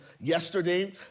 Yesterday